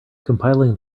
compiling